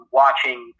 watching